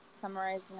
summarizing